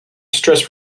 stress